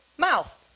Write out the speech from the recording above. mouth